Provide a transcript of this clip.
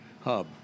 hub